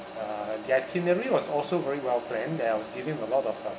uh the itinerary was also very well planned and I was given a lot of uh